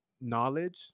knowledge